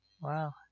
Wow